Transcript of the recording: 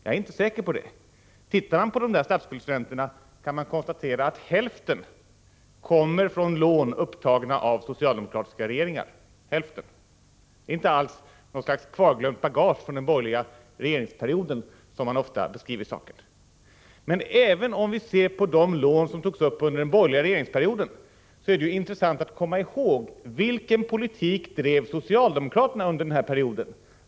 Jag är inte säker på den saken. Tittar man närmare på de där statsskuldräntorna kan man konstatera att hälften kommer från lån upptagna av socialdemokratiska regeringar. Hälften — det är inte alls något slags kvarglömt bagage från den borgerliga regeringsperioden, som man ofta beskriver saken. Men även om vi ser på de lån som togs upp under den borgerliga regeringsperioden, är det intressant att komma ihåg vilken politik socialdemokraterna drev under den perioden.